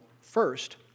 first